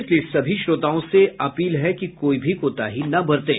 इसलिए सभी श्रोताओं से अपील है कि कोई भी कोताही न बरतें